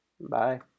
bye